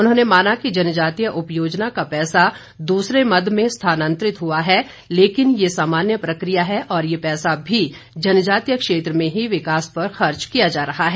उन्होंने माना कि जनजातीय उपयोजना का पैसा दूसरे मद में स्थानांतरित हुआ है लेकिन ये सामान्य प्रक्रिया है और ये पैसा भी जनजातीय क्षेत्र में ही विकास पर खर्च किया जा रहा है